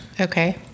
okay